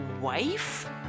wife